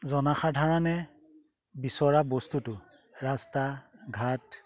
জনসাধাৰণে বিচৰা বস্তুটো ৰাস্তা ঘাট